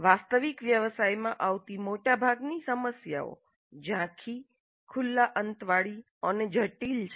વાસ્તવિક વ્યવસાયમાં આવતી મોટાભાગની સમસ્યાઓ ઝાંખી ખુલ્લા અંત વાળી અને જટિલ છે